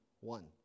one